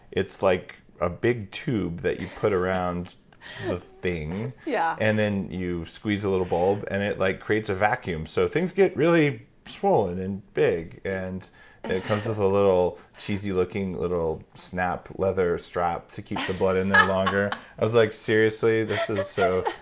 it's like a big tube that you put around the thing, yeah and then you squeeze a little bulb and it like creates a vacuum. so things get really swollen and big, and it comes with a little cheesy-looking little snapped leather strap to keep the blood in there longer. i was like, seriously? this is so